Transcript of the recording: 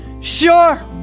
Sure